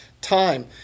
time